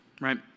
right